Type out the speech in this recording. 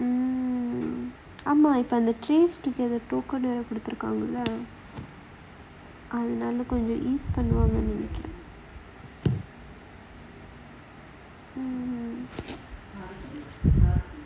mmhmm ஆமா ஆமா இப்ப அந்த:aamaa aamaa ippa antha err குடுத்து இருக்காங்கள்ள அதுனால கொஞ்சம்:kuduthu irukaangalla athunaala konjam um பண்ணுவாங்கன்னு நினைக்குறேன்:pannuvaangannu ninaikkuraen